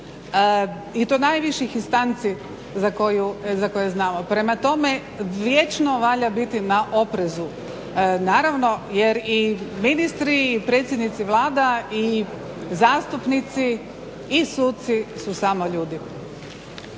i to najviših instanci za koje znamo. prema tome vječno valja biti na oprezu, naravno jer i ministri i predsjednici vlada i zastupnici i suci su samo ljudi.